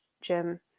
Jim